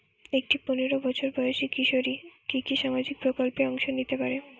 একটি পোনেরো বছর বয়সি কিশোরী কি কি সামাজিক প্রকল্পে অংশ নিতে পারে?